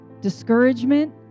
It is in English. discouragement